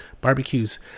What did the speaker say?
barbecues